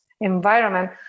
environment